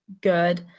good